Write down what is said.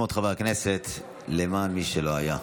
מזכיר הכנסת יקרא שוב בשמות חברי הכנסת למען מי שלא היה.